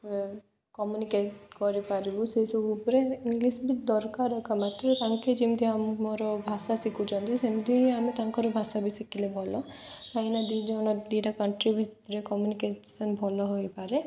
communicate କରିପାରିବୁ ସେସବୁ ଉପରେ ଇଂଲିଶ ବି ଦରକାରକ ମାତ୍ର ତାଙ୍କେ ଯେମିତି ଆମ ମୋର ଭାଷା ଶିଖୁଛନ୍ତି ସେମିତି ହିଁ ଆମେ ତାଙ୍କର ଭାଷା ବି ଶିଖିଲେ ଭଲ କାହିଁକି ନା ଦି ଜଣ ଦିଟା କଣ୍ଟ୍ରି ଭିତରେ କମ୍ୟୁନିକେସନ୍ ଭଲ ହୋଇପାରେ